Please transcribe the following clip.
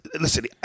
Listen